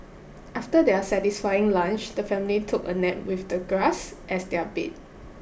after their satisfying lunch the family took a nap with the grass as their bed